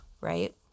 right